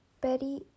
Betty